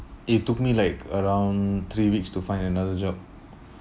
it took me like around three weeks to find another job